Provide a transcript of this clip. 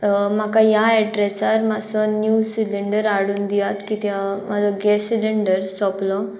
म्हाका ह्या एड्रेसार मातसो न्यू सिलींडर आडून दियात कित्या म्हाजो गॅस सिलिंडर सोंपलो